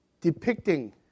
depicting